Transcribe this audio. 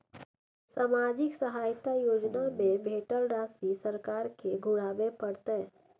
सामाजिक सहायता योजना में भेटल राशि सरकार के घुराबै परतै?